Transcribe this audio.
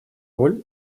роль